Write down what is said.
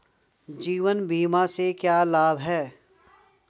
जीवन बीमा से क्या लाभ हैं?